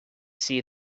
see